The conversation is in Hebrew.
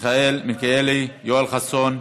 מיכאל מלכיאלי, יואל חסון,